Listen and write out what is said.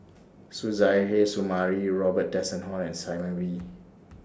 Suzairhe Sumari Robin Tessensohn and Simon Wee